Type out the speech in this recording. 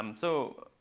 um so,